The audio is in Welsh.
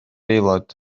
aelod